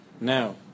now